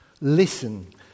Listen